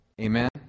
Amen